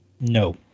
No